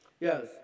Yes